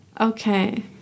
Okay